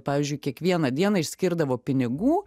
pavyzdžiui kiekvieną dieną išskirdavo pinigų